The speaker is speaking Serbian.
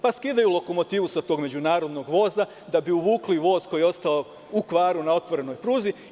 Pa skidaju lokomotivu sa tog međunarodnog voza da bi uvukli voz koji je ostao u kvaru na otvorenoj pruzi.